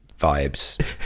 vibes